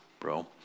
bro